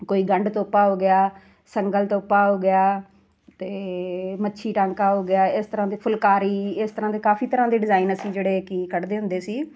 ਕੋਈ ਗੰਢ ਤੋਪਾ ਹੋ ਗਿਆ ਸੰਗਲ ਤੋਪਾ ਹੋ ਗਿਆ ਅਤੇ ਮੱਛੀ ਟਾਂਕਾ ਹੋ ਗਿਆ ਇਸ ਤਰ੍ਹਾਂ ਦੇ ਫੁਲਕਾਰੀ ਇਸ ਤਰ੍ਹਾਂ ਦੇ ਕਾਫ਼ੀ ਤਰ੍ਹਾਂ ਦੇ ਡਿਜ਼ਾਇਨ ਅਸੀਂ ਜਿਹੜੇ ਕਿ ਕੱਢਦੇ ਹੁੰਦੇ ਸੀ